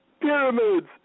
Pyramids